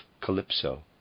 Calypso